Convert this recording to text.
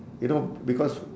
you know because